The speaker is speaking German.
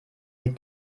sie